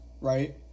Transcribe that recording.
right